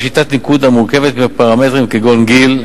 שיטת ניקוד המורכבת מפרמטרים כגון גיל,